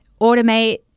automate